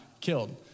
killed